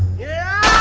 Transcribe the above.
yeah,